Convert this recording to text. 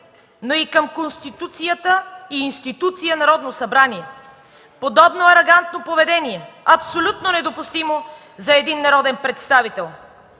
но и към Конституцията и институцията Народно събрание. Подобно арогантно поведение е абсолютно недопустимо за един народен представител!